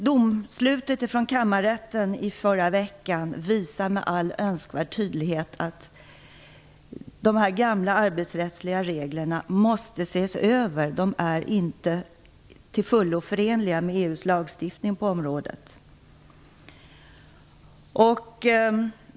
Domslutet från Kammarrätten i förra veckan visar med all önskvärd tydlighet att de gamla arbetsrättsliga reglerna måste ses över. De är inte till fullo förenliga med EU:s lagstiftning på området.